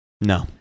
No